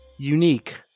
Unique